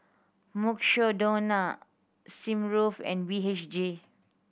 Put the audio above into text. Mukshidonna Smirnoff and B H G